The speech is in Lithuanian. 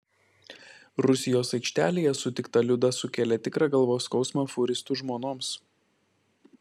rusijos aikštelėje sutikta liuda sukėlė tikrą galvos skausmą fūristų žmonoms